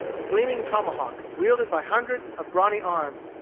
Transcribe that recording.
the gleaming tomahawk, wielded by hundreds of brawny arms,